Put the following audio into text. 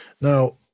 Now